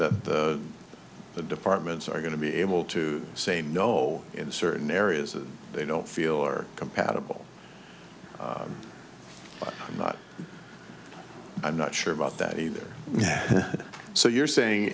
that the departments are going to be able to say no in certain areas that they don't feel are compatible i'm not i'm not sure about that either so you're saying